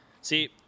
See